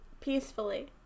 peacefully